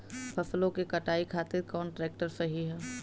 फसलों के कटाई खातिर कौन ट्रैक्टर सही ह?